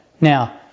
Now